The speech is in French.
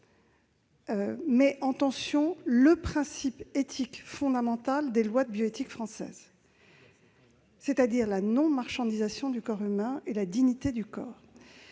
mettait en tension le principe éthique fondamental des lois de bioéthique française, c'est-à-dire la non-marchandisation du corps humain et la dignité du corps.